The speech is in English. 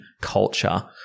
culture